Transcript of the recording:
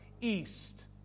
East